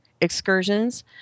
excursions